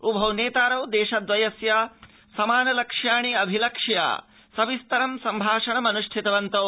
उभौ नेतारौ देशद्वयस्य समान लक्ष्याणि अभिलक्ष्य सविस्तरं सम्भाषणमन्ष्ठितवन्तौ